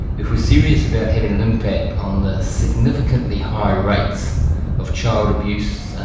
if we're serious about having an impact on the significantly high rates of child abuse,